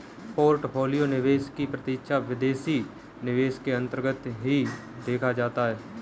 portfolio निवेश भी प्रत्यक्ष विदेशी निवेश के अन्तर्गत ही देखा जाता है